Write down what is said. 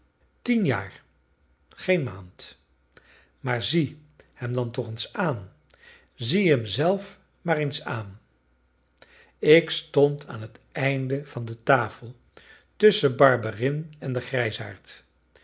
tien jaar geen maand maar zie hem dan toch eens aan zie hem zelf maar eens aan ik stond aan het einde van de tafel tusschen barberin en den grijsaard